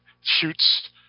shoots